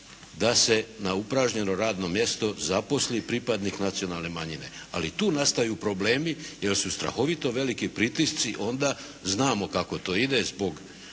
da se na upražnjeno radno mjesto zaposli pripadnik nacionalne manjine. Ali i tu nastaju problemi, jer su strahovito veliki pritisci. Onda znamo kako to ide zbog